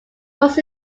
most